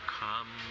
come